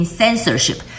censorship